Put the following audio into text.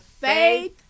faith